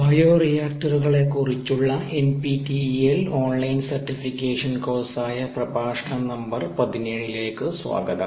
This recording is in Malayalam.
ബയോറിയാക്ടറുകളെക്കുറിച്ചുള്ള എൻപിടിഇഎൽ ഓൺലൈൻ സർട്ടിഫിക്കേഷൻ കോഴ്സായ പ്രഭാഷണം നമ്പർ 17 ലേക്ക് സ്വാഗതം